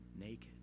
naked